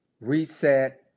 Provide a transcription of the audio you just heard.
reset